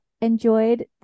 enjoyed